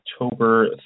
October